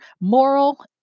moral